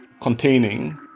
containing